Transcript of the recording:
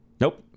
Nope